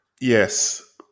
yes